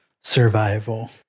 survival